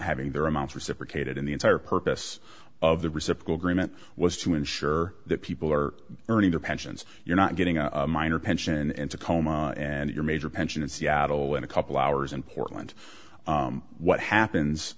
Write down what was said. having their amount reciprocated in the entire purpose of the receptacle agreement was to ensure that people are earning their pensions you're not getting a minor pension and tacoma and your major pension in seattle in a couple hours in portland what happens